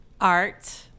art